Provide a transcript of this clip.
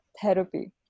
therapy